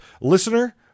listener